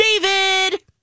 David